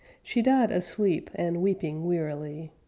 she died asleep and weeping wearily.